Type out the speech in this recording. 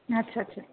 अच्छा अच्छा